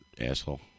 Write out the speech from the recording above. Asshole